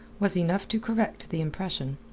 was enough to correct the impression.